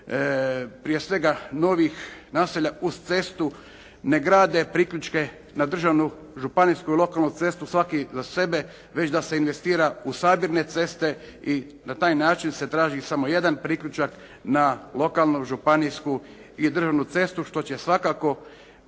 prije svega novih naselja uz cestu ne grade priključke na državnu, županijsku i lokalnu cestu svaki za sebe već da se investira u sabirne ceste i na taj način se traži samo jedan priključak na lokalnu, županijsku i državnu cestu što će svakako